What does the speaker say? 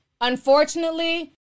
unfortunately